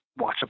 watchable